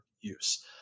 use